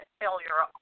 failure